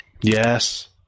yes